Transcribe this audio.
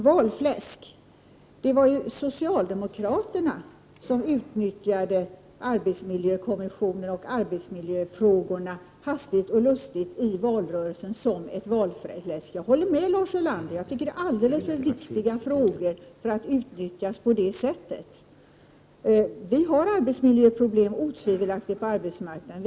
Valfläsk — det var ju socialdemokraterna som utnyttjade arbetsmiljöfrågorna hastigt och lustigt som valfläsk i valrörelsen. Jag håller med Lars Ulander om att detta är alldeles för viktiga frågor för att utnyttjas på det sättet. Otvivelaktigt finns det arbetsmiljöproblem på arbetsmarknaden.